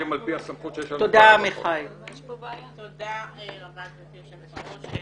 תודה רבה גברתי יושבת הראש.